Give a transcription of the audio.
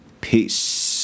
peace